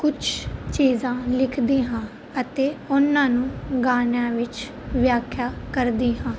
ਕੁਛ ਚੀਜ਼ਾਂ ਲਿਖਦੀ ਹਾਂ ਅਤੇ ਉਹਨਾਂ ਨੂੰ ਗਾਣਿਆਂ ਵਿੱਚ ਵਿਆਖਿਆ ਕਰਦੀ ਹਾਂ